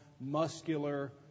muscular